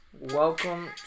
Welcome